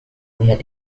melihat